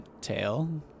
Tail